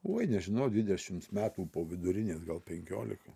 oi nežinau dvidešims metų po vidurinės gal penkiolika